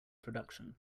production